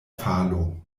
falo